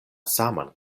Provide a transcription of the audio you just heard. saman